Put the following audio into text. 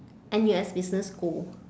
N_U_S business school